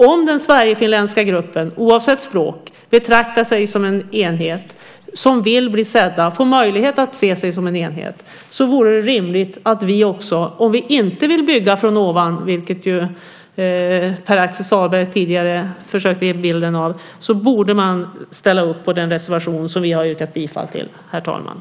Om den sverigefinländska gruppen, oavsett språk, betraktar sig som en enhet som vill bli sedd, vill få möjlighet att se sig som en enhet, vore det rimligt - om vi inte vill bygga från ovan, vilket Pär Axel Sahlberg tidigare försökte ge bilden av - att ställa upp på den reservation som vi yrkat bifall till.